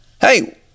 hey